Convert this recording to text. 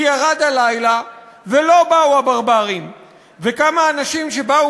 כי ירד הלילה ולא באו הברברים / וכמה אנשים שבאו